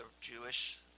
jewish